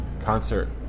concert